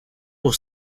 was